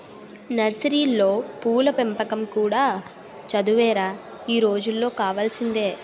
నర్సరీలో పూల పెంపకం కూడా చదువేరా ఈ రోజుల్లో కావాల్సింది